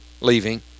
leaving